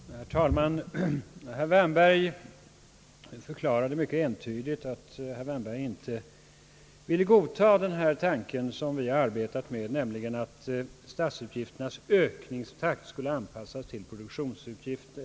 Herr talman! Herr Wärnberg förklarade mycket entydigt att han inte ville godta den tanke vi har arbetat med, nämligen att statsutgifternas ökningstakt bör anpassas till produktionsutvecklingen.